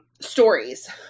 stories